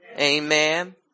Amen